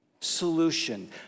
solution